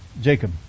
Jacob